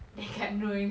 mm mm